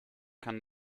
kann